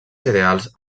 cereals